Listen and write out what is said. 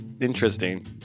interesting